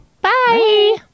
Bye